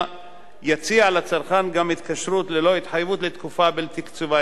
יציע לצרכן גם התקשרות ללא התחייבות לתקופה בלתי קצובה,